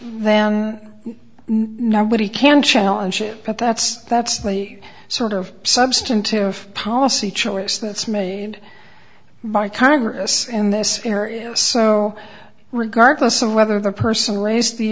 them nobody can challenge it but that's that's the sort of substantive policy choice that's made by congress in this area so regardless of whether the person raised the